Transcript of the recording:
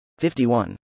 51